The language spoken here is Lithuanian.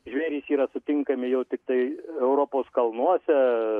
žvėrys yra sutinkami jau tiktai europos kalnuose